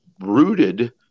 rooted